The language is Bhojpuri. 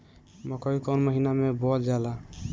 मकई कौन महीना मे बोअल जाला?